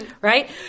right